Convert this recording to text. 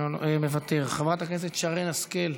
מוותר, חברת הכנסת שרן השכל,